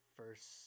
first